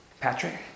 Patrick